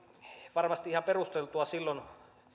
varmasti ihan perusteltua silloin